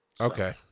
okay